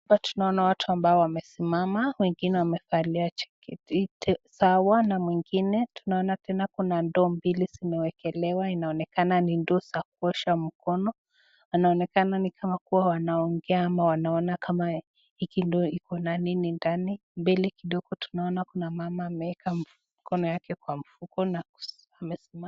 Hapa tunaona watu ambao wamesimama. Wengine wamevalia jaketi sawa na mwengine. Tunaona tena kuna ndoo mbili zimewekelewa, inaonekana ni ndoo za kuosha mkono. Wanaonekana ni kama kuwa wanaongea ama wanaona kama hiki ndoo iko na nini ndani. Mbele kidogo tunaona kuna mama ameweka mkono yake kwa mfuko na amesimama